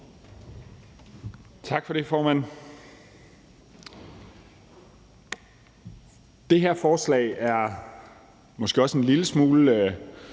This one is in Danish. Tak for det, formand. Det her forslag er måske også en lille smule